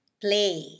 Play